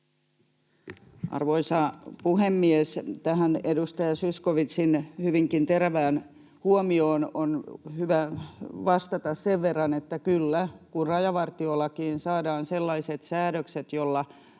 Arvoisa puhemies! Tähän edustaja Zyskowiczin hyvinkin terävään huomioon on hyvä vastata sen verran, että kyllä. Kun rajavartiolakiin saadaan sellaiset säädökset, joilla